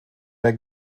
mehr